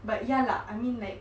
but ya lah I mean like